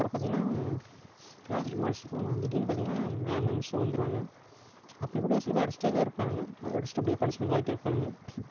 அப்புறம் பார்த்திங்கன்னா க்ளாஸில் இருக்கும்போது அடிச்சிட்டிருப்போம் திடீர்னு பார்த்திங்கன்னா மேமும் மிஸ்ஸும் வந்துடுவாங்க அப்போக்கூட சில பேர் அடிச்சுகிட்டேதான் இருப்பானுங்க அது அடிச்சுகிட்டு அப்படியே பனிஷ்மெண்ட் வாங்கிட்டு இருப்பானுங்க